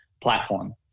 platform